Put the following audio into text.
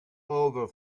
over